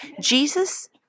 Jesus